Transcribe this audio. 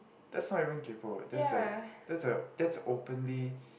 that's not even kaypo right that's like that's a that's openly